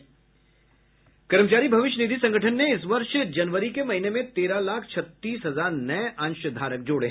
कर्मचारी भविष्य निधि संगठन ने इस वर्ष जनवरी के महीने में तेरह लाख छत्तीस हजार नए अंशधारक जोड़े